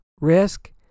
risk